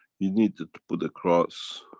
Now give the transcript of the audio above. needed to put the cross,